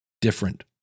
different